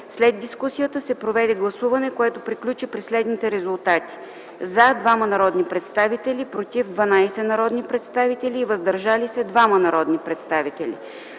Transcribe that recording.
След дискусията се проведе гласуване, което приключи при следните резултати: „за” – 2 народни представители, „против” – 12 народни представители, и „въздържали се” – 2 народни представители.